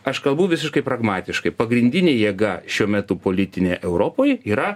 aš kalbu visiškai pragmatiškai pagrindinė jėga šiuo metu politinė europoj yra